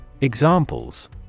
Examples